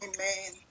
Amen